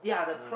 ah